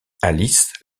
alice